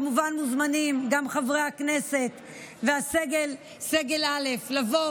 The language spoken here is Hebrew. וכמובן שמוזמנים גם חברי הכנסת וסגל א' לבוא